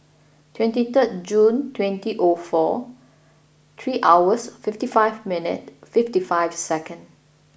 twenty third June twenty O four three hours fifty five minute fifty five second